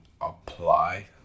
apply